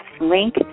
link